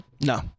No